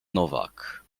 nowak